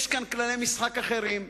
יש כאן כללי משחק אחרים,